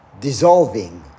dissolving